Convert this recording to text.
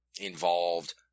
involved